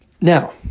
Now